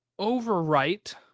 overwrite